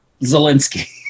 Zelensky